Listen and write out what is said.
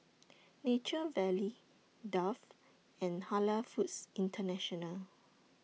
Nature Valley Dove and Halal Foods International